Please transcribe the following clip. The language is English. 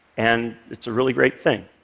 and it's a really great thing.